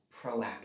proactive